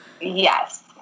yes